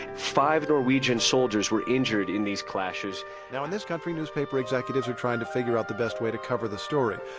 five norwegian soldiers were injured in these clashes now, in this country, newspaper executives are trying to figure out the best way to cover the story.